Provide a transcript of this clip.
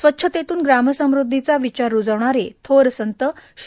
स्वच्छतेतून प्रामसमृद्धीचा विचार रुजवणारे थोर संत श्री